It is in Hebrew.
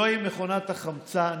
זוהי מכונת החמצן,